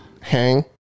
Hang